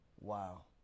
Wow